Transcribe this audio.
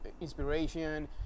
inspiration